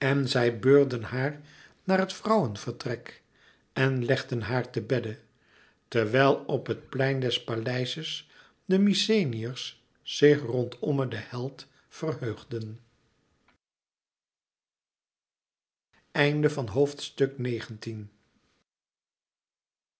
zij beurden haar naar het vrouwenvertrek en legden haar te bedde terwijl op het plein des paleizes de mykenæërs zich rondomme den held verheugden